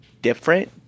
different